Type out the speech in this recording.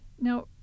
Now